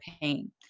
pain